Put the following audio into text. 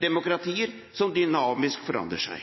demokratier som dynamisk forandrer seg.